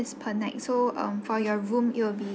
is per night so um for your room it will be